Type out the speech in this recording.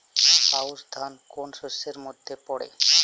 আউশ ধান কোন শস্যের মধ্যে পড়ে?